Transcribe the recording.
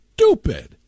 stupid